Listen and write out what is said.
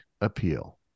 appeal